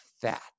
fat